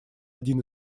один